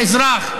האזרח,